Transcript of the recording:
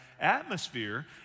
atmosphere